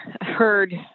heard